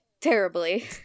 terribly